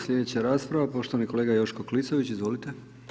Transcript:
Sljedeća rasprava, poštovani kolega Joško Klisović, izvolite.